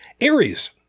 Aries